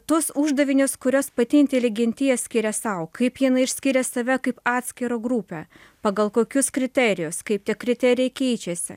tuos uždavinius kuriuos pati inteligentija skiria sau kaip jin išskiria save kaip atskirą grupę pagal kokius kriterijus kaip tie kriterijai keičiasi